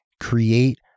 Create